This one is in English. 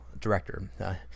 director